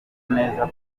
neza